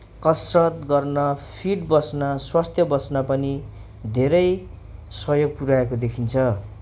कसरत गर्न फिट बस्न स्वास्थ्य बस्न पनि धेरै सहयोग पुऱ्याएको देखिन्छ